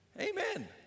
Amen